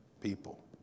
people